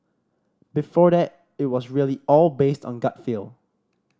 before that it was really all based on gut feel